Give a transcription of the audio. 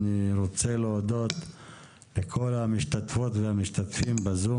אני רוצה להודות לכל המשתתפות והמשתתפים בזום